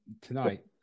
tonight